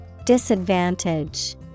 Disadvantage